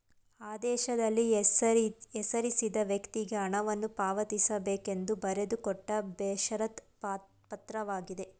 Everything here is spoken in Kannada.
ಆದೇಶದಲ್ಲಿ ಹೆಸರಿಸಿದ ವ್ಯಕ್ತಿಗೆ ಹಣವನ್ನು ಪಾವತಿಸಬೇಕೆಂದು ಬರೆದುಕೊಟ್ಟ ಬೇಷರತ್ ಪತ್ರವಾಗಿದೆ